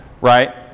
right